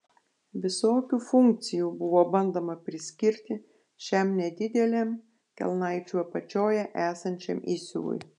visokių funkcijų buvo bandoma priskirti šiam nedideliam kelnaičių apačioje esančiam įsiuvui